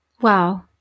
Wow